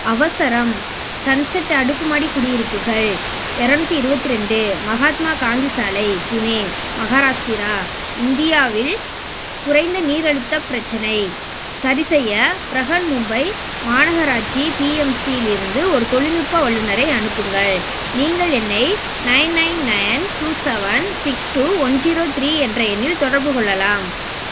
அவசரம் சன்செட் அடுக்குமாடி குடியிருப்புகள் இரநூத்தி இருவத்திரெண்டு மஹாத்மா காந்தி சாலை புனே மஹாராஷ்டிரா இந்தியாவில் குறைந்த நீர் அழுத்தப் பிரச்சினை சரிசெய்ய ப்ரஹன் மும்பை மாநகராட்சி பிஎம்சியிலிருந்து ஒரு தொழில்நுட்ப வல்லுநரை அனுப்புங்கள் நீங்கள் என்னை nine nine nine two seven six two one zero three என்ற எண்ணில் தொடர்புக் கொள்ளலாம்